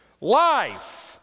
Life